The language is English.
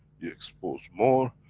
you expose more,